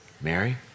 Mary